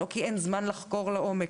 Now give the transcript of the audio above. לא כי אין זמן לחקור לעומק.